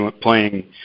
playing